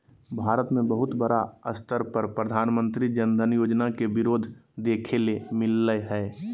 भारत मे बहुत बड़ा स्तर पर प्रधानमंत्री जन धन योजना के विरोध देखे ले मिललय हें